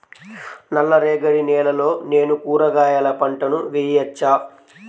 నల్ల రేగడి నేలలో నేను కూరగాయల పంటను వేయచ్చా?